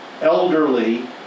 elderly